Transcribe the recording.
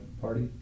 party